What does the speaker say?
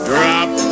Drop